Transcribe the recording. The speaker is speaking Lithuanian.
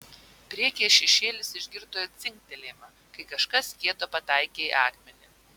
priekyje šešėlis išgirdo dzingtelėjimą kai kažkas kieto pataikė į akmenį